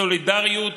סולידריות